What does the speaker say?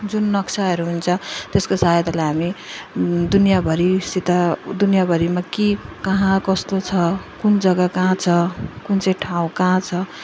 जुन नक्साहरू हुन्छ त्यसको सहायताले हामी दुनियाभरिसित दुनियाभरिमा के कहाँ कस्तो छ कुन जग्गा कहाँ छ कुन चाहिँ ठाउँ कहाँ छ